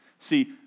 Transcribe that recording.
See